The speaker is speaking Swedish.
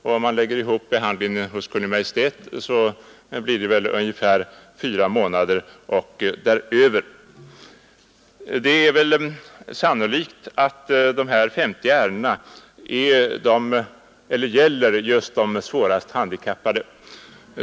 Om man lägger till behandlingstiden hos Kungl. Maj:t, blir det ungefär fyra månader och däröver. Det är sannolikt att de här 50 ärendena gäller just de svårast handikappade.